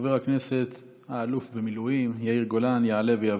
חבר הכנסת האלוף במילואים יאיר גולן יעלה ויבוא.